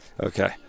Okay